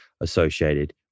associated